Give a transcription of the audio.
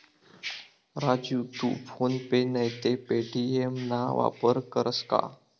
राजू तू PhonePe नैते Paytm ना वापर करस का?